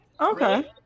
Okay